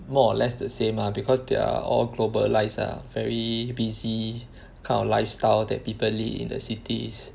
more or less the same lah because they're all globalised ah very busy kind of lifestyle that people live in the cities